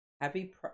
happy